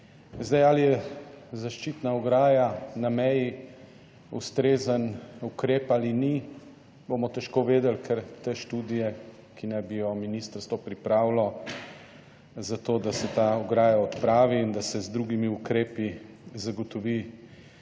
Zdaj, ali je zaščitna ograja na meji ustrezen ukrep ali ni, bomo težko vedeli, ker te študije, ki naj bi jo ministrstvo pripravilo, zato, da se ta ograja odpravi in da se z drugimi ukrepi zagotovi